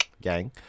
gang